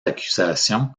accusations